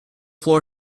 floor